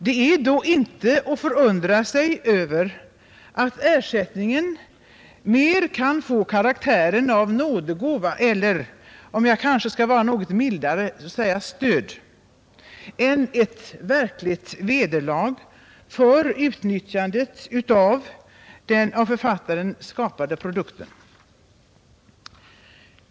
Det är då inte att förundra sig över att ersättningen mer kan få karaktären av nådegåva eller — om jag kanske skall vara något mildare — stöd än ett verkligt vederlag för utnyttjandet av den av författaren skapade produkten.